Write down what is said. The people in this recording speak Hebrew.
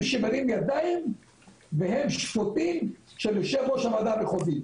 שמרימים ידיים והם שפוטים של יושב ראש הוועדה המחוזית,